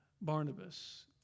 Barnabas